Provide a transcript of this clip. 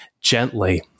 gently